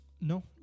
No